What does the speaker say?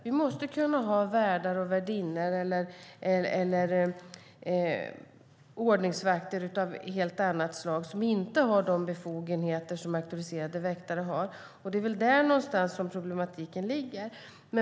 Vi måste kunna ha värdar och värdinnor eller ordningsvakter av helt annat slag, som inte har de befogenheter som auktoriserade väktare har. Det är väl där någonstans som problematiken ligger.